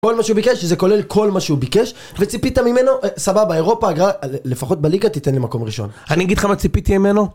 כל מה שהוא ביקש, שזה כולל כל מה שהוא ביקש, וציפית ממנו, סבבה, אירופה, לפחות בליגה תיתן לי מקום ראשון. -אני אגיד לך מה ציפיתי ממנו?